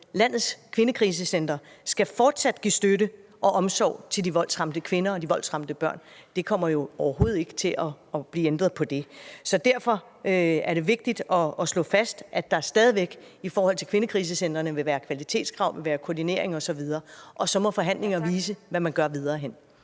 landets kvindekrisecentre skal fortsat give støtte og omsorg til de voldsramte kvinder og voldsramte børn. Der bliver jo overhovedet ikke ændret på det. Så derfor er det vigtigt at slå fast, at der stadig væk i forhold til kvindekrisecentrene vil være kvalitetskrav, der vil være koordinering osv., og så må forhandlinger vise, hvad man gør videre frem.